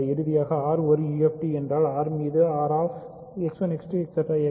இறுதியாக R ஒரு UFD என்றால் R மீது R x 1 x 2